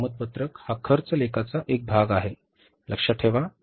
किंमत पत्रक हा खर्च लेखाचा एक भाग आहे लक्षात ठेवा